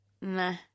Meh